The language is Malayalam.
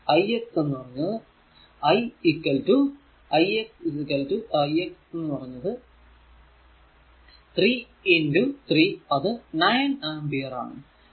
i x i 3 3 അത് 9 ആമ്പിയർ ആണ്